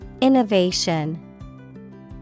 Innovation